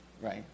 right